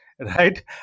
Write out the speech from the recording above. right